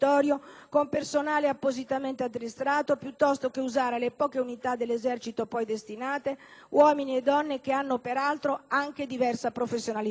con personale appositamente addestrato, piuttosto che usare le poche unità dell'Esercito poi destinate, uomini e donne che hanno peraltro anche diversa professionalità.